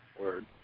Word